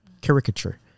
caricature